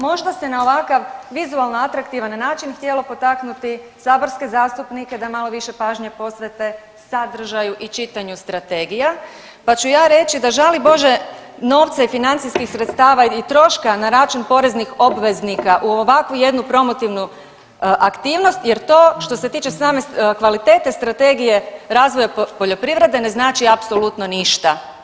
Možda se na ovakav vizualan atraktivan način htjelo potaknuti saborske zastupnike da malo više pažnje posvete sadržaju i čitanju strategija, pa ću ja reći da žali Bože novca i financijskih sredstava i troška na račun poreznih obveznika u ovakvu jednu promotivnu aktivnost jer to što se tiče same kvalitete Strategije razvoja poljoprivrede ne znači apsolutno ništa.